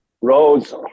roads